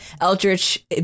eldritch